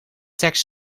tekst